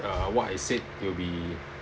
ah what is said will be